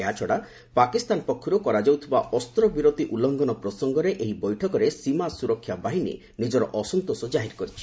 ଏହାଛଡ଼ା ପାକିସ୍ତାନ ପକ୍ଷରୁ କରାଯାଉଥିବା ଅସ୍ତ୍ରବିରତି ଉଲ୍ଲୁଘନ ପ୍ରସଙ୍ଗରେ ଏହି ବୈଠକରେ ସୀମା ସୁରକ୍ଷା ବାହିନୀ ନିଜର ଅସନ୍ତୋଷ ଜାହିର କରିଛି